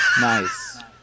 nice